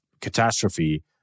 catastrophe